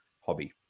hobby